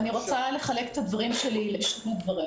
אני רוצה לחלק את דבריי לשניים,